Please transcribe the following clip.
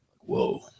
Whoa